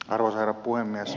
arvoisa herra puhemies